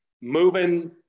moving